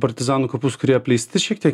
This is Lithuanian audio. partizanų kapus kurie apleisti šiek tiek